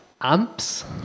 amps